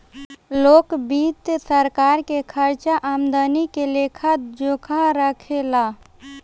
लोक वित्त सरकार के खर्चा आमदनी के लेखा जोखा राखे ला